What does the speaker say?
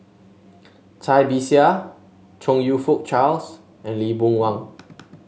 Cai Bixia Chong You Fook Charles and Lee Boon Wang